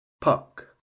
puck